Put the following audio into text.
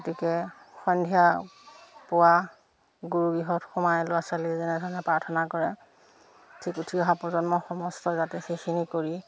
গতিকে সন্ধিয়া পুৱা গুৰুগৃহত সোমাই ল'ৰা ছোৱালীয়ে যেনেধৰণে প্ৰাৰ্থনা কৰে ঠিক উঠি অহা প্ৰজন্ম সমস্ত যাতে সেইখিনি কৰি